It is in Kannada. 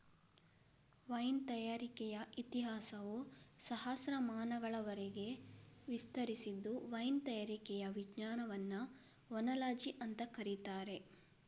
ವೈನ್ ತಯಾರಿಕೆಯ ಇತಿಹಾಸವು ಸಹಸ್ರಮಾನಗಳವರೆಗೆ ವಿಸ್ತರಿಸಿದ್ದು ವೈನ್ ತಯಾರಿಕೆಯ ವಿಜ್ಞಾನವನ್ನ ಓನಾಲಜಿ ಅಂತ ಕರೀತಾರೆ